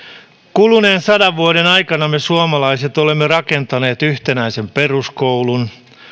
kuluneen sadan vuoden aikana me suomalaiset olemme rakentaneet yhtenäisen peruskoulun